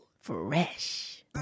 fresh